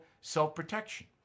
self-protection